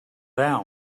down